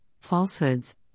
falsehoods